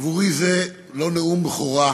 עבורי זה לא נאום בכורה,